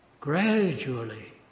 gradually